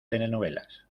telenovelas